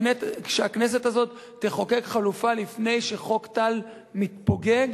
שהכנסת הזאת תחוקק חלופה לפני שחוק טל מתפוגג,